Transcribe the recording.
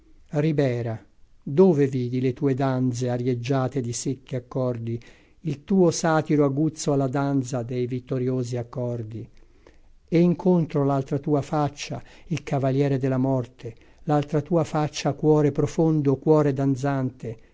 ribera dove vidi le tue danze arieggiate di secchi accordi il tuo satiro aguzzo alla danza dei vittoriosi accordi e in contro l'altra tua faccia il cavaliere della morte l'altra tua faccia cuore profondo cuore danzante